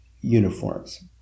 uniforms